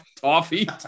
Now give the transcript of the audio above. toffee